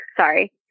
sorry